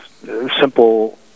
simple